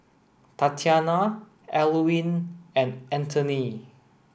Tatianna Alwine and Antony